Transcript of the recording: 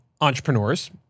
entrepreneurs